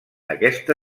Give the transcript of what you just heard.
aquesta